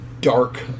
dark